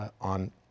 on